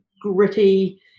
gritty